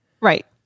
Right